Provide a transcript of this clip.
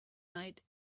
night